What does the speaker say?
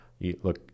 look